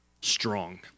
strong